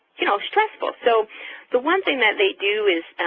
you know, stressful. so the one thing that they do is